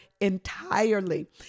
entirely